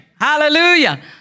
Hallelujah